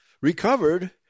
recovered